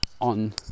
on